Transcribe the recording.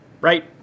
right